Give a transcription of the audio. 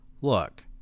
Look